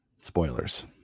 spoilers